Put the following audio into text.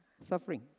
Suffering